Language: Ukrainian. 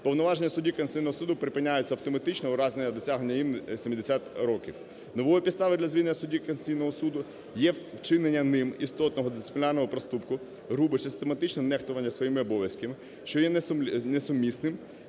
Повноваження судді Конституційного Суду припиняються автоматично у разі досягнення ним 70 років. Новою підставою для звільнення судді Конституційного Суду є вчинення ним істотного дисциплінарного проступку, грубе систематичне нехтування своїми обов'язками, що є несумісним